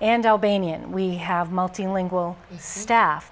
and albanian we have multilingual staff